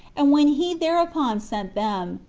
and when he thereupon sent them,